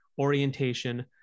Orientation